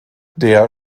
der